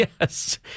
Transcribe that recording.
Yes